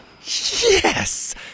Yes